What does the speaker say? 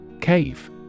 Cave